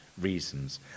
reasons